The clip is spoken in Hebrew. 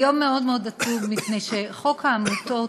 הוא יום מאוד מאוד עצוב מפני שחוק העמותות,